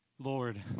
Lord